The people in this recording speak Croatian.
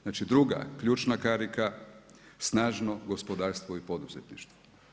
Znači druga ključna karika, snažno gospodarstvo i poduzetništvo.